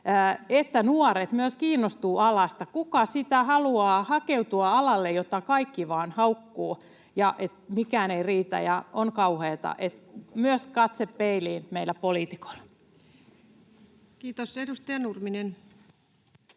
että nuoret myös kiinnostuvat alasta. Kuka sitä haluaa hakeutua alalle, jota kaikki vain haukkuvat, kun mikään ei riitä ja on kauheata? [Eduskunnasta: Ei kukaan!] Että myös katse peiliin meillä poliitikoilla. Kiitos. — Edustaja Nurminen.